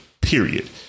Period